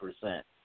percent